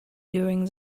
during